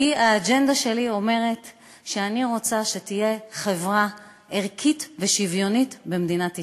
כי האג'נדה שלי היא שאני רוצה שתהיה חברה ערכית ושוויונית במדינת ישראל.